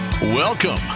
Welcome